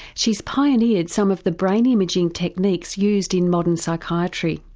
she's pioneered some of the brain imaging techniques used in modern psychiatry.